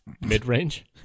Mid-range